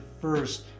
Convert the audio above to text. first